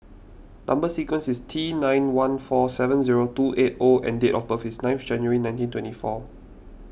Number Sequence is T nine one four seven zero two eight O and date of birth is ninth January nineteen twenty four